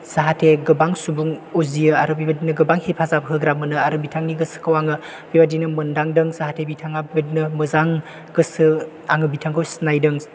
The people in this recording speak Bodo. जाहाथे गोबां सुबुं उजियो आरो बेबायदिनो गोबां हेफाजाब होग्रा मोनो आरो बिथांनि गोसोखौबो आङो बेबायदिनो मोन्दांदों जाहाथे बिथाङा बेबायदिनो मोजां गोसो आङो बिथांखौ सिनायदों